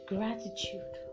Gratitude